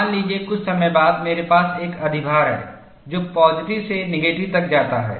मान लीजिए कुछ समय बाद मेरे पास एक अधिभार है जो पॉजिटिव से नेगेटिव तक जाता है